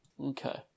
Okay